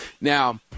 Now